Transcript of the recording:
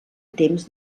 temps